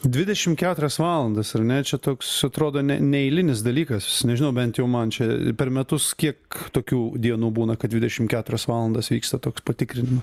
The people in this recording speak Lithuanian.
dvidešim keturias valandas ar ne čia toks atrodo ne neeilinis dalykas nežinau bent jau man čia per metus kiek tokių dienų būna kad dvidešim keturias valandas vyksta toks patikrinimas